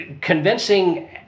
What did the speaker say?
convincing